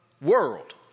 world